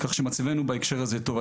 כך שמצבנו בהקשר הזה טוב.